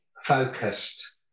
focused